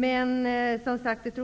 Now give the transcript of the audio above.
Det tog som sagt